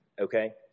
okay